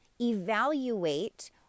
evaluate